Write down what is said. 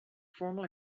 formal